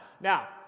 Now